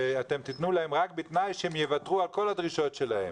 שאתם תיתנו להם רק בתנאי שהם יוותרו על כל הדרישות שלהם.